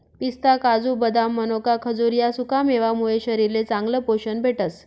पिस्ता, काजू, बदाम, मनोका, खजूर ह्या सुकामेवा मुये शरीरले चांगलं पोशन भेटस